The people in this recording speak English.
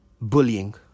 Bullying